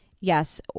Yes